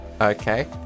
Okay